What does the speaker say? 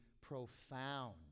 profound